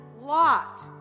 Lot